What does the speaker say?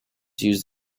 used